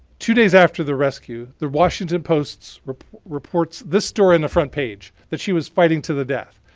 two days after the rescue the washington post reports this story on the front page. that she was fighting to the death.